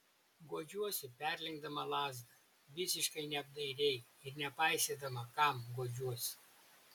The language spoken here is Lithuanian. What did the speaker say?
guodžiuosi perlenkdama lazdą visiškai neapdairiai ir nepaisydama kam guodžiuosi